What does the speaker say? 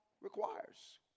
requires